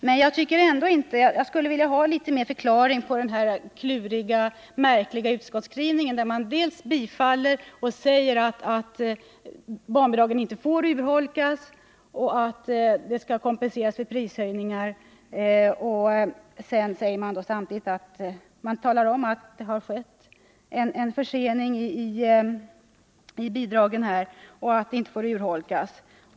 Men jag skulle ändå vilja ha litet mer förklaring till den kluriga och märkliga utskottsskrivningen, där man instämmer i våra synpunkter och säger att barnbidragen inte får urholkas, utan att det skall ges kompensation vid prishöjningar, men samtidigt talar om att det har skett försämringar av bidragen.